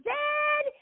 dead